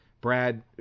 Brad